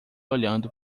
olhando